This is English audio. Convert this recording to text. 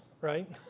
right